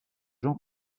jean